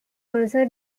also